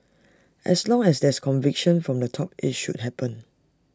as long as there's conviction from the top IT should happen